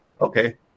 Okay